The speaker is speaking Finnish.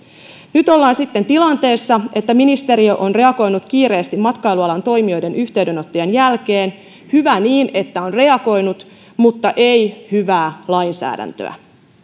nyt ollaan sitten tilanteessa että ministeriö on reagoinut kiireesti matkailualan toimijoiden yhteydenottojen jälkeen hyvä niin että on reagoinut mutta ei hyvää lainsäädäntöä